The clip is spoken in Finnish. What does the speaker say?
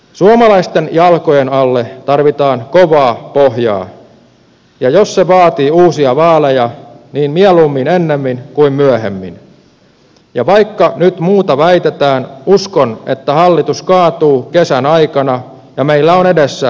suomalaisten jalkojen alle tarvitaan kovaa pohjaa ja jos se vaatii uusia vaaleja niin mieluummin ennemmin kuin myöhemmin ja vaikka nyt muuta väitetään uskon että hallitus kaatuu kesän aikana ja meillä on edessä ennenaikaiset vaalit